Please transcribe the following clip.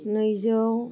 नैजौ